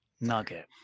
Nugget